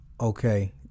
Okay